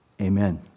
Amen